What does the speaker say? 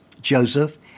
Joseph